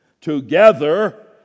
together